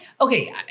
okay